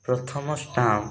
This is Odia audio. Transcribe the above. ପ୍ରଥମ ଷ୍ଟାମ୍ପ